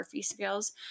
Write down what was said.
skills